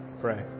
pray